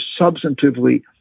substantively